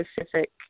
specific